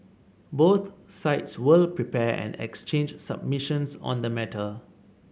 both sides will prepare and exchange submissions on the matter